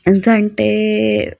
जाणटे